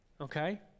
okay